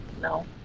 no